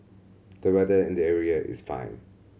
the weather in the area is fine